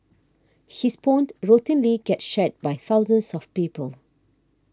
his posts routinely get shared by thousands of people